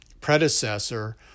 predecessor